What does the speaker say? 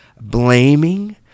blaming